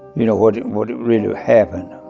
you know, what what really happened.